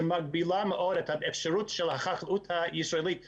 שמגבילה מאוד את האפשרות של החקלאות הישראלית לשגשג,